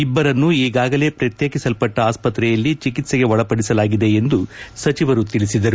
ಇಬ್ಬರನ್ನು ಈಗಾಗಲೇ ಪ್ರತ್ಯೇಕಿಸಲ್ಲಟ್ಟ ಆಸ್ಪತ್ರೆಯಲ್ಲಿ ಚಿಕಿತ್ಸೆಗೆ ಒಳಪಡಿಸಲಾಗಿದೆ ಎಂದು ಸಚಿವರು ತಿಳಿಸಿದ್ದಾರೆ